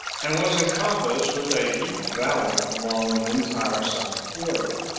and was encompassed with a deep valley along the entire south quarter